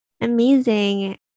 Amazing